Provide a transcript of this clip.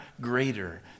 greater